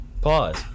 pause